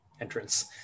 entrance